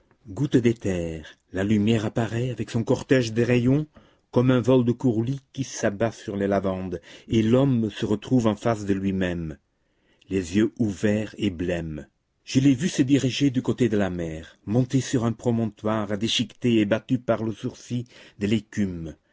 goutte d'éther la lumière apparaît avec son cortège de rayons comme un vol de courlis qui s'abat sur les lavandes et l'homme se retrouve en face de lui-même les yeux ouverts et blêmes je l'ai vu se diriger du côté de la mer monter sur un promontoire déchiqueté et battu par le sourcil de l'écume